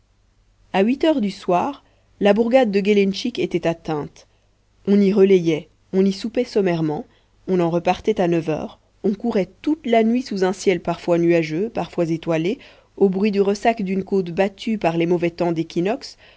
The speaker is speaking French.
a huit heures du soir la bourgade de gélendschik était atteinte on y relayait on y soupait sommairement on en repartait à neuf heures on courait toute la nuit sous un ciel parfois nuageux parfois étoile au bruit du ressac d'une côte battue par les mauvais temps d'équinoxe